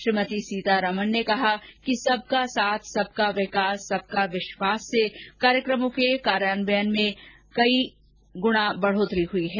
श्रीमती सीतारामण ने कहा कि सबका साथ सबका विकास सबका विश्वास से कार्यक्रमों की क्रियान्वयन गति कई गुणा बढ़ी है